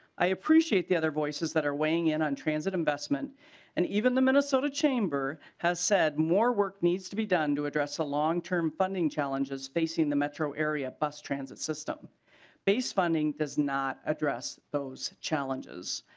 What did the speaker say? i appreciate the other voices that are weighing in on transit investment and even minnesota chamber has said more work needs to be done to address the long-term funding challenges facing the metro area b us transit system base funding is not address those challenges.